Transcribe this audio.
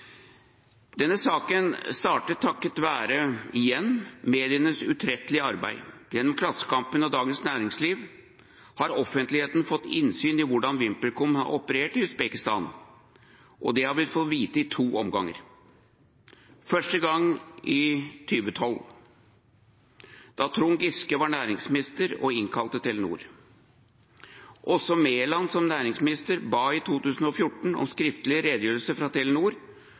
Denne saken startet takket være – igjen – medienes utrettelige arbeid. Gjennom Klassekampen og Dagens Næringsliv har offentligheten fått innsyn i hvordan VimpelCom har operert i Usbekistan, og det har vi fått vite i to omganger, første gang i 2012, da Trond Giske var næringsminister og innkalte Telenor. Også Mæland som næringsminister ba i 2014 om skriftlig redegjørelse fra Telenor